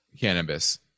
cannabis